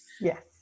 Yes